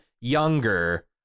younger